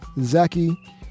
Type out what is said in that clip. Zaki